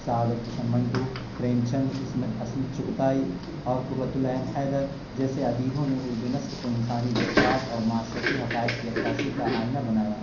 سعادت حسن منٹو پریم چند عصمت عصمت چغتائی اور قرۃ العین حیدر جیسے ادیبوں نے اردو نثر کو انسانی جذبات اور معاشرتی حقائق کی عکاسی کا آئینہ بنایا